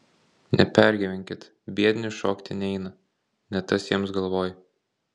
nepergyvenkit biedni šokti neina ne tas jiems galvoj